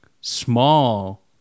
small